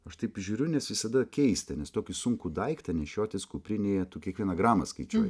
aš taip žiūriu nes visada keista nes tokį sunkų daiktą nešiotis kuprinėje tu kiekvieną gramą skaičiuoji